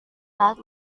saat